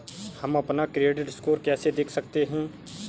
हम अपना credit score कैसे देख सकते हैं?